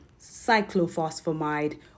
cyclophosphamide